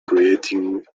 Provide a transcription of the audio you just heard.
creating